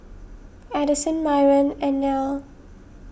Addyson Myron and Nell